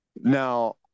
Now